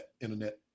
internet